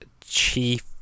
Chief